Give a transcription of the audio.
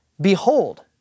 Behold